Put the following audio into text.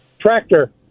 Tractor